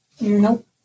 Nope